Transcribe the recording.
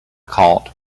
caught